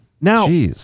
Now